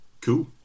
Cool